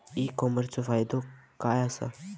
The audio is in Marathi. ई कॉमर्सचो फायदो काय असा?